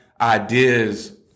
ideas